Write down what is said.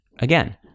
Again